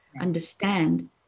understand